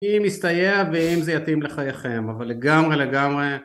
אם מסתייע ואם זה יתאים לחייכם אבל לגמרי לגמרי